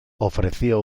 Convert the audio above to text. ofreció